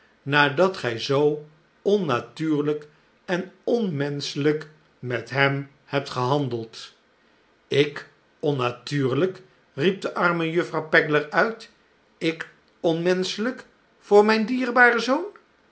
nadat gij zoo onnatuurlijk en onmenschelijk met hem hebt gehandeld ik onnatuurlijk riep de arme juffrouw pegler uit ik onmenschelijk voor mijn dierbaren zoon